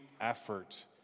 effort